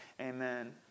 Amen